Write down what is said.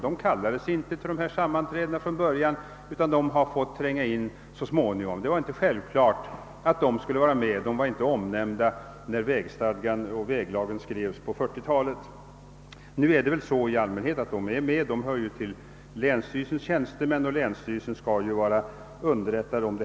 De kallades inte från början till dessa sammanträden utan har fått delta så småningom. Det var inte självklart att de skulle vara med och de omnämndes inte när väglagstiftningen utformades på 1940-talet. I allmänhet deltar de emellertid numera eftersom de tillhör länsstyrelsens tjänstemän, och länsstyrelsen skall ju vara underrättad.